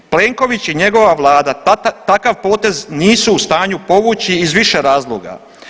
Plenković i njegova Vlada takav potez nisu u stanju povući iz više razloga.